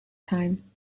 time